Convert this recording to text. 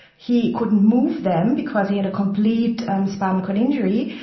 he couldn't move them because he had a complete um spinal cord injury,